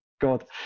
god